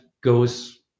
goes